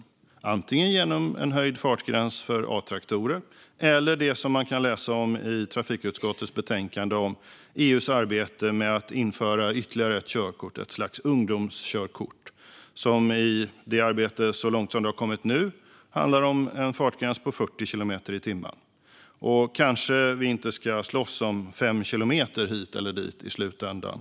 Man gör det antingen genom höjd fartgräns för Atraktorer eller genom det som vi kan läsa om i trafikutskottets betänkande när det gäller EU:s arbete med att införa ytterligare ett körkort: ett slags ungdomskörkort. Så långt det arbetet har kommit nu handlar det om en fartgräns på 40 kilometer i timmen. Kanske ska vi inte slåss om 5 kilometer hit eller dit i slutänden.